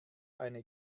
eine